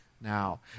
now